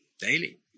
daily